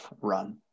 run